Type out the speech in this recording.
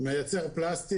מפעל שמייצר פלסטיק